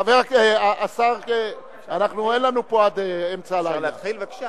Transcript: סוף-סוף נעשה צדק.